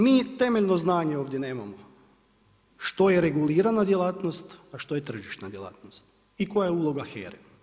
Mi temeljno znanje ovdje nemamo, što je regulirana djelatnost, a što je tržišna djelatnost i koja je uloga HERA.